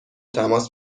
تماس